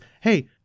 hey